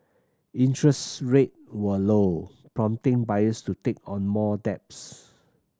interest rate were low prompting buyers to take on more debts